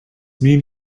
mean